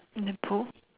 in the pool